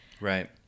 right